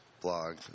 Blog